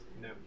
No